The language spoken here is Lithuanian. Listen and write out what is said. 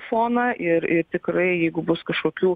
foną ir ir tikrai jeigu bus kažkokių